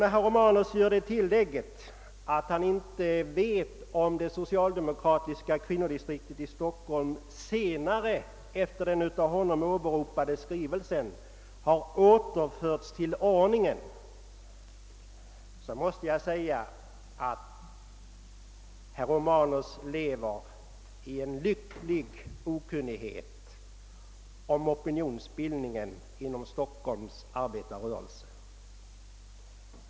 När herr Romanus gör det tillägget att han inte visste, om det socialdemokratiska kvinnodistriktet i Stockholm sedan den av honom åberopade skrivelsen avgivits hade återförts till ordningen, visar det att herr Romanus lever i en lycklig okunnighet om opinionsbildningen inom arbetarrörelsen i Stockholm.